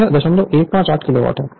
तो यह 0153 किलोवाट है